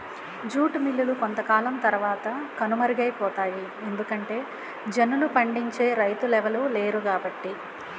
jute మిల్లులు కొంతకాలం తరవాత కనుమరుగైపోతాయి ఎందుకంటె జనుము పండించే రైతులెవలు లేరుకాబట్టి